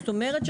זאת אומרת,